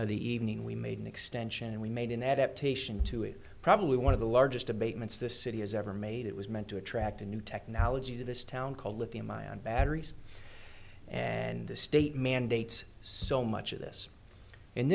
the evening we made an extension and we made an adaptation to it probably one of the largest abatements this city has ever made it was meant to attract a new technology to this town called lithium ion batteries and the state mandates so much of this